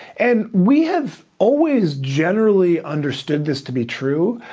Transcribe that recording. and we have always generally understood this to be true,